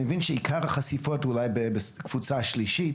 אני מבין שעיקר החשיפות הוא אולי בקבוצה השלישית.